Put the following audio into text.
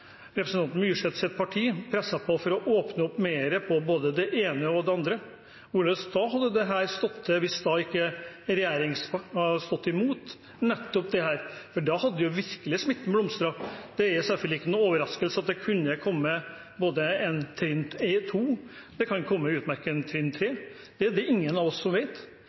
representanten Myrseths parti presset på for å åpne opp mer på både det ene og det andre. Hvordan hadde det da stått til, hvis ikke regjeringen hadde stått imot nettopp dette? Da hadde jo virkelig smitten blomstret. Det er selvfølgelig ikke noen overraskelse at det kunne komme et trinn 2 – og det kan utmerket vel komme et trinn 3. Det er det ingen av oss som